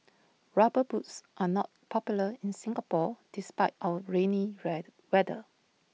rubber boots are not popular in Singapore despite our rainy red weather